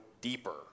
deeper